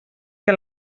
que